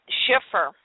Schiffer